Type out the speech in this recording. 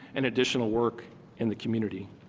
and additional work in the community.